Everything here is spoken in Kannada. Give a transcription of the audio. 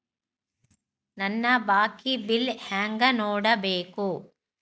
ನನ್ನ ಬಾಕಿ ಬಿಲ್ ಹೆಂಗ ನೋಡ್ಬೇಕು?